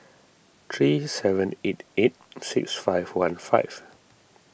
three seven eight eight six five one five